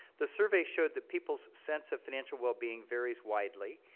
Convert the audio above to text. the survey showed that people's sense of financial wellbeing varies widely,